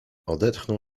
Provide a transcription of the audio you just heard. odetchnął